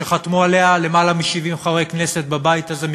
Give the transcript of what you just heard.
שחתמו עליה למעלה מ-70 חברי כנסת בבית הזה,